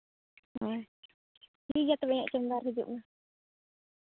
ᱦᱳᱭ ᱴᱷᱤᱠ ᱜᱮᱭᱟ ᱛᱚᱵᱮ ᱤᱧᱟᱹᱜ ᱪᱮᱢᱵᱟᱨ ᱦᱤᱡᱩᱜ ᱢᱮ